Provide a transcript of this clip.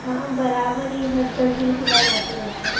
हाँ बराबर ही हर दस दिन के बाद आते ही रहता है